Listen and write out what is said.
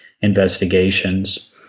investigations